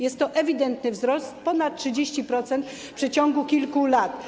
Jest to ewidentny wzrost, o ponad 30%, w przeciągu kilku lat.